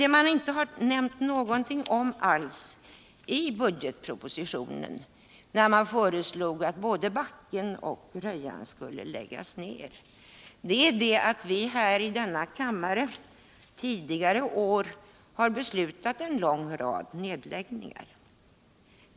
Det man inte har nämnt någonting alls om i budgetpropositionen, när man föreslår att både Backen och Rödjan skall läggas ner, är att vi här i denna kammare tidigare år har beslutat om en lång rad nedläggningar.